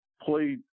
played